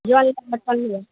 जउन लेबय तऽ लिअ